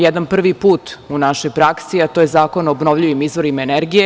Jednom prvi put u našoj praksi, a to je zakon o obnovljivim izvorima energije.